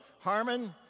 Harmon